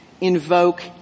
invoke